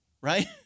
right